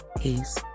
Peace